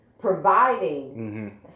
providing